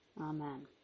Amen